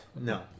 No